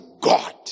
God